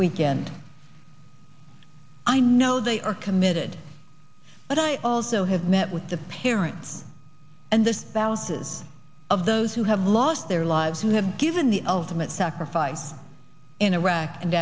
weekend i know they are committed but i also have met with the parents and their spouses of those who have lost their lives who have given the ultimate sacrifice in iraq and